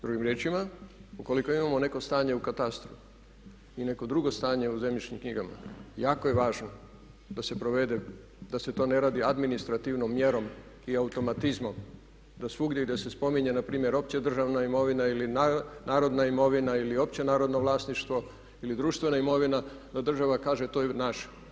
Drugim riječima, ukoliko imamo neko stanje u katastru i neko drugo stanje u zemljišnim knjigama, jako je važno da se provede, da se to ne radi administrativnom mjerom i automatizmom, i da svugdje i da se spominje opća državna imovina ili narodna imovina ili opće narodno vlasništvo ili društvena imovina, da država kaže to je naš.